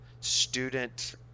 student